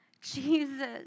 Jesus